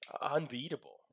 unbeatable